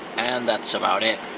and that's about it.